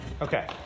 Okay